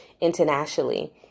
internationally